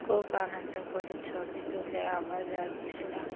খুব আনন্দ করে ছবি তুলে আবার যাচ্ছিলাম